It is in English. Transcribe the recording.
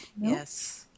Yes